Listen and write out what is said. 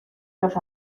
los